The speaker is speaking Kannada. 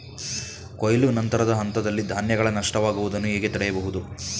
ಕೊಯ್ಲು ನಂತರದ ಹಂತದಲ್ಲಿ ಧಾನ್ಯಗಳ ನಷ್ಟವಾಗುವುದನ್ನು ಹೇಗೆ ತಡೆಯಬಹುದು?